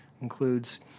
includes